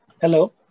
Hello